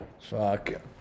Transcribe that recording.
Fuck